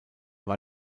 war